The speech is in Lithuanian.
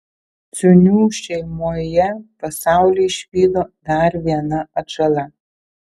ciūnių šeimoje pasaulį išvydo dar viena atžala